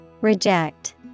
Reject